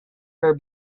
her